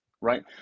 right